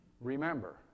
remember